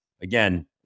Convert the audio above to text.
Again